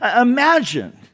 Imagine